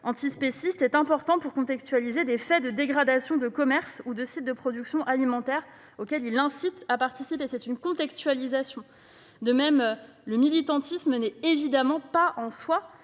antispécistes est important pour contextualiser des faits de dégradation de commerces ou de sites de production alimentaires auxquels il incite à participer. Il s'agit d'une contextualisation. De même, le militantisme n'est évidemment pas, en soi,